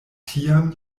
tiam